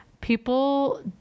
people